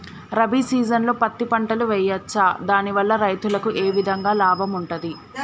రబీ సీజన్లో పత్తి పంటలు వేయచ్చా దాని వల్ల రైతులకు ఏ విధంగా లాభం ఉంటది?